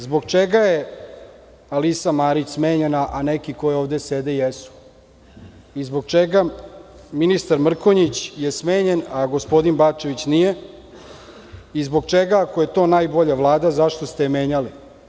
Zbog čega je Alisa Marić smenjena, a neki koji ovde sede jesu i zbog čega ministar Mrkonjić je smenjen, a gospodin Bačević nije i zbog čega, ako je to najbolja Vlada, ste je menjali?